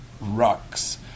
rocks